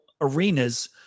arenas